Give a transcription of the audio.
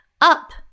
Up